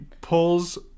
pulls